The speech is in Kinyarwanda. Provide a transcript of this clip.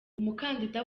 umukandida